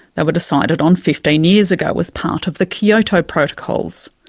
they were decided on fifteen years ago as part of the kyoto protocols.